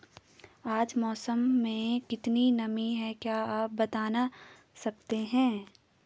आज मौसम में कितनी नमी है क्या आप बताना सकते हैं?